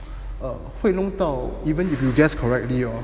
err 会弄到 even if you guessed correctly or